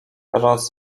teraz